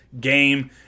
game